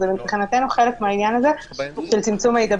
זה מבחינתנו חלק מהעניין הזה של צמצום ההידבקות.